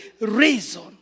reason